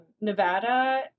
Nevada